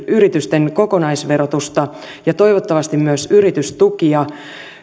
yritysten kokonaisverotusta ja toivottavasti myös yritystukia